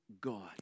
God